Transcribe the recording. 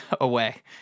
away